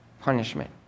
punishment